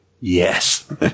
yes